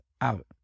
out